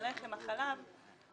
הלחם והחלב,